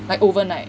like overnight